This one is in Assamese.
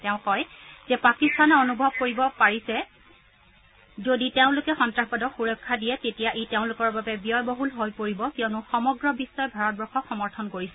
তেওঁ কয় যে পাকিস্তানে অনুভৱ কৰিব পাৰেছ যদি তেওঁলোকে সন্ত্ৰসাবাদক সুৰক্ষা দিয়ে তেতিয়া ই তেওঁলোকৰ বাবে ব্যয়বহুল হৈ পৰিব কিয়নো সমগ্ৰ বিশ্বই ভাৰতবৰ্যক সমৰ্থন কৰিছে